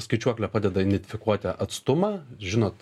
skaičiuoklė padeda identifikuoti atstumą žinot